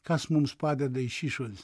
kas mums padeda iš išorės